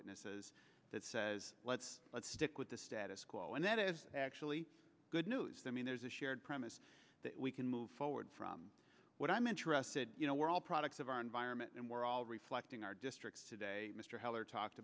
witnesses that says let's let's stick with the status quo and that is actually good news that mean there's a shared premise that we can move forward from what i'm interested you know we're all products of our environment and we're all reflecting our districts today mr heller talked